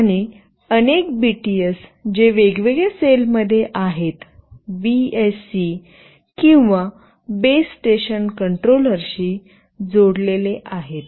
आणि अनेक बीटीएस जे वेगवेगळ्या सेल मध्ये आहेत बीएससी किंवा बेस स्टेशन कंट्रोलरशी जोडलेले आहेत